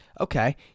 Okay